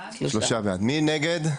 מי נגד?